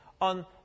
on